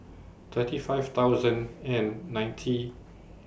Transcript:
thirty five thousand and ninety